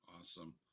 Awesome